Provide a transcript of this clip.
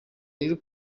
riri